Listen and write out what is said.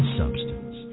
substance